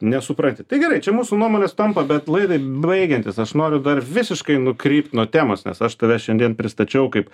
nesupranti tai gerai čia mūsų nuomonės sutampa bet laidai baigiantis aš noriu dar visiškai nukrypt nuo temos nes aš tave šiandien pristačiau kaip